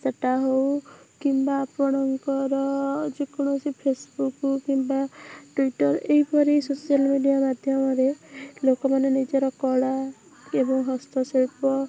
ସେଟା ହେଉ କିମ୍ବା ଆପଣଙ୍କର ଯେକୌଣସି ଫେସବୁକ୍ କିମ୍ବା ଟ୍ୱିଟର୍ ଏହିପରି ସୋସିଆଲ୍ ମିଡ଼ିଆ ମାଧ୍ୟମରେ ଲୋକମାନେ ନିଜର କଳା ଏବଂ ହସ୍ତଶିଳ୍ପ